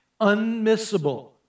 unmissable